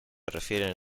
refieren